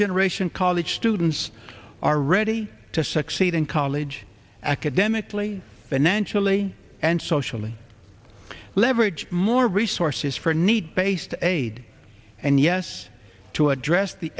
generation college students are ready to succeed in college academically financially and socially leverage more resources for need based aid and yes to address the